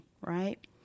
right